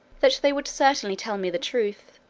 that they would certainly tell me the truth,